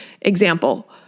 Example